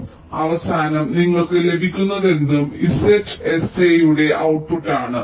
അതിനാൽ അവസാനം നിങ്ങൾക്ക് ലഭിക്കുന്നതെന്തും ZSA യുടെ ഔട്ട്പുട്ട് ആണ്